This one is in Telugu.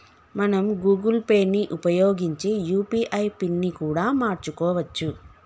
మనం గూగుల్ పే ని ఉపయోగించి యూ.పీ.ఐ పిన్ ని కూడా మార్చుకోవచ్చు